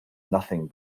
nothing